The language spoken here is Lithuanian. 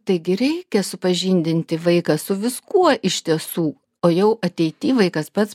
taigi reikia supažindinti vaiką su viskuo iš tiesų o jau ateity vaikas pats